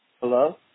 Hello